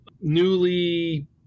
newly